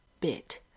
bit